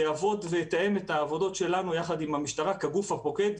שיעבוד ויתאם את העבודות שלנו ביחד עם המשטרה כגוף הפוקד,